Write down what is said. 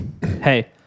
hey